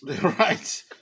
Right